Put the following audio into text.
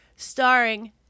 Starring